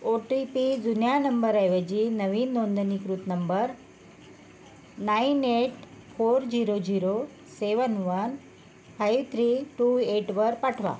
ओ T P जुन्या नंबरऐवजी नवीन नोंदणीकृत नंबर nine eight four zero zero seven one five three two एटवर पाठवा